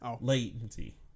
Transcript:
latency